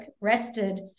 rested